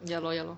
ya lor ya lor